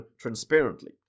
transparently